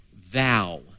vow